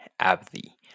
Abdi